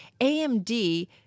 AMD